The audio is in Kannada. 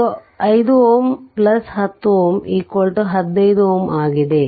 ಆದ್ದರಿಂದ ಇದು 5Ω 10Ω 15Ω ಆಗಿದೆ